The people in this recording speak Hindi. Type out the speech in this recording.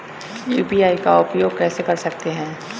यू.पी.आई का उपयोग कैसे कर सकते हैं?